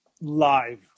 live